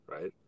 right